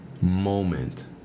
moment